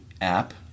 app